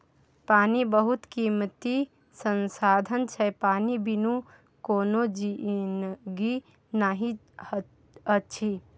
पानि बहुत कीमती संसाधन छै पानि बिनु कोनो जिनगी नहि अछि